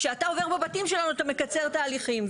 כשאתה עובר בבתים שלנו אתה מקצר תהליכים,